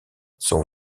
sont